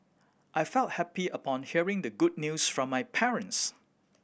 I felt happy upon hearing the good news from my parents